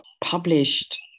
published